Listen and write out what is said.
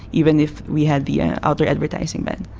even if we had the outdoor advertising ban.